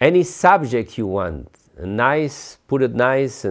any subject you want nice put it nice